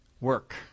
Work